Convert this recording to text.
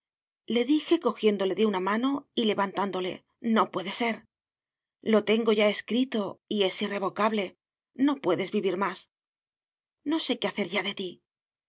augustole dije cojiéndole de una mano y levantándole no puede ser lo tengo ya escrito y es irrevocable no puedes vivir más no sé qué hacer ya de ti